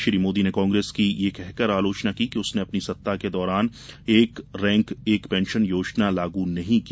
श्री मोदी ने कांग्रेस की यह कहकर आलोचना की कि उसने अपनी सत्ता के दौरान एक रैंक एक पेंशन योजना लागू नहीं की